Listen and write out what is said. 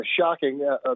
shocking